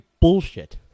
bullshit